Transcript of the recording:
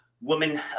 woman